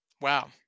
Wow